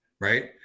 Right